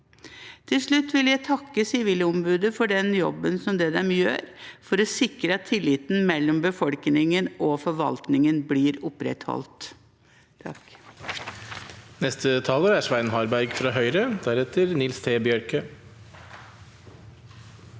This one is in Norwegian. Til slutt vil jeg takke Sivilombudet for den jobben de gjør for å sikre at tilliten mellom befolkningen og forvaltningen blir opprettholdt.